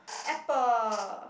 apple